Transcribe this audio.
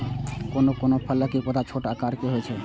कोनो कोनो फलक पौधा छोट आकार के होइ छै